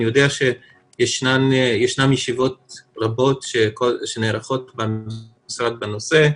אני יודע שישנן ישיבות רבות שנערכות במשרד בנושא,